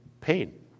pain